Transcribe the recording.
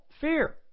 fear